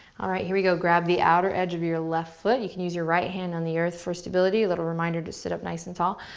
alright, here we go, grab the outer edge of your left foot. you can use your right hand on the earth for stability, a little reminder to sit up nice and tall.